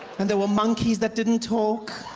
and there was monkeys that didn't talk.